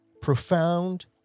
profound